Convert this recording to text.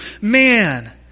Man